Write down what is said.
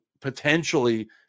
potentially